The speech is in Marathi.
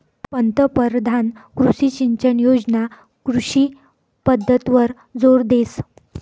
पंतपरधान कृषी सिंचन योजना कृषी पद्धतवर जोर देस